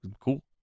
Cool